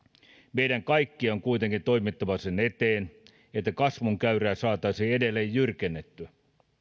meidän kaikkien on kuitenkin toimittava sen eteen että kasvun käyrää saataisiin edelleen jyrkennettyä